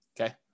Okay